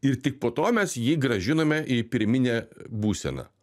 ir tik po to mes jį grąžinome į pirminę būseną